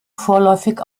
vorläufig